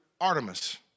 artemis